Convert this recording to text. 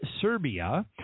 serbia